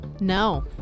No